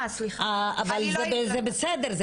אבל זה בסדר,